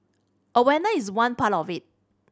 awareness is one part of it